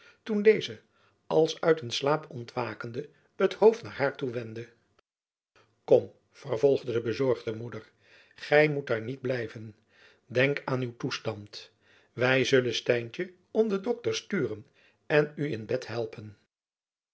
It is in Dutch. toen deze als uit een slaap ontwakende het hoofd naar haar toewendde kom vervolgde de bezorgde moeder gy moet daar niet blijven denk aan uw toestand wy zullen stijntjen om den dokter sturen en u in bed helpen